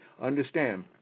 Understand